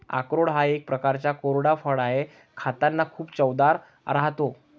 अक्रोड हा एक प्रकारचा कोरडा फळ आहे, खातांना खूप चवदार राहते